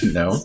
no